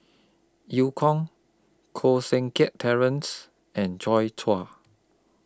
EU Kong Koh Seng Kiat Terence and Joi Chua